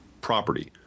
property